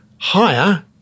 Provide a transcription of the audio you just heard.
higher